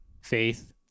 faith